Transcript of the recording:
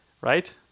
Right